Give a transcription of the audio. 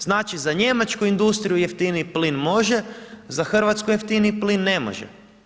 Znači za njemačku industriju jeftiniji plin može, za Hrvatsku jeftiniji plin ne može.